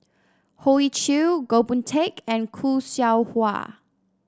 Hoey Choo Goh Boon Teck and Khoo Seow Hwa